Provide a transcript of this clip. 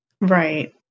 Right